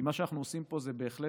כי מה שאנחנו עושים פה זה בהחלט